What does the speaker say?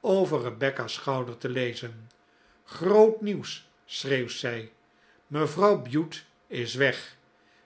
over rebecca's schouder te lezen groot nieuws schreef zij mevrouw bute is weg